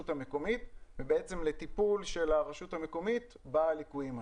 המקומית ובעצם לטיפול של הרשות המקומית בליקויים האלה.